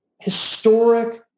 historic